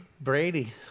Brady